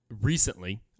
Recently